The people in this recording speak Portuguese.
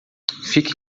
fique